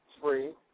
free